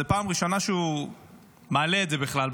זו פעם ראשונה שהוא מעלה את זה בכלל.